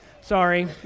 Sorry